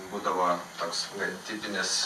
būdavo toks gan tipinis